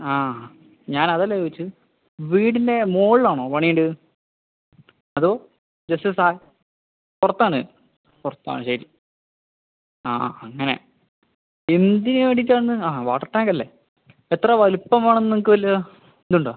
ആ ഞാൻ അത് അല്ല ചോദിച്ചത് വീടിൻ്റെ മുകളിൽ ആണോ പണിയണ്ടത് അതോ ജസ്റ്റ് സാ പുറത്ത് ആണ് പുറത്ത് ആണ് ശരി ആ ആ അങ്ങനെ എന്ത് ചെയ്യാൻ വേണ്ടീട്ടാന്ന് ആ വാട്ടർ ടാങ്ക് അല്ലേ എത്ര വലിപ്പം വേണമെന്ന് നിങ്ങക്ക് വല്ല ഇത് ഉണ്ടോ